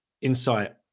insight